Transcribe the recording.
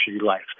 life